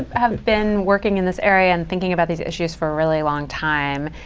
have been working in this area, and thinking about these issues for a really long time.